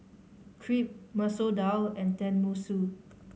Crepe Masoor Dal and Tenmusu